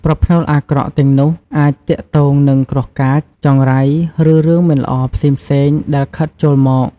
ប្រផ្នូលអាក្រក់ទាំងនោះអាចទាក់ទងនឹងគ្រោះកាច ចង្រៃ ឬរឿងមិនល្អផ្សេងៗដែលខិតចូលមក។